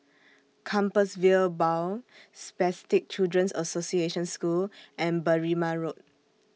Compassvale Bow Spastic Children's Association School and Berrima Road